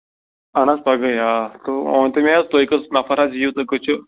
اہن حظ پَگٕے آ تہٕ وۅنۍ ؤنۍتَو مےٚ حظ تُہۍ کٔژ نَفَر حظ یِیِو تہٕ تُہۍ کٔژ چھِو